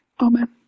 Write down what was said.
Amen